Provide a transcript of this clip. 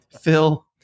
Phil